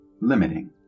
limiting